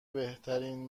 بهترین